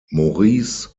maurice